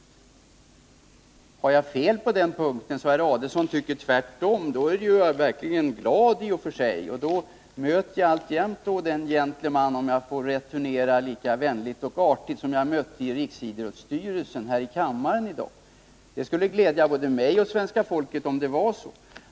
; Har jag fel på den punkten, så att herr Adelsohn tycker tvärtom, är jag verkligen glad. Och då möter jag alltjämt här i kammaren den gentleman — om jag får returnera vänligheten och artigheten — som jag mötte i riksidrottsstyrelsen. Det skulle glädja både mig och svenska folket om det vore så.